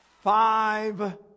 five